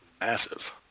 massive